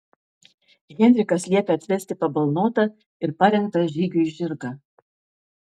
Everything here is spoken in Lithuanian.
henrikas liepia atvesti pabalnotą ir parengtą žygiui žirgą